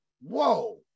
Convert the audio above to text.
whoa